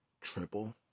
triple